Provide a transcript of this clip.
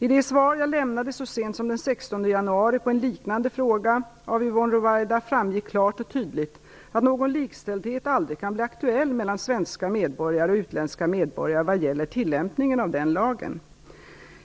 I det svar jag lämnade så sent som den 16 januari på en liknande fråga av Yvonne Ruwaida framgick klart och tydligt att någon likställdhet aldrig kan bli aktuell mellan svenska medborgare och utländska medborgare vad gäller tillämpningen av den lagen.